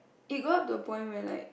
it got to a point where like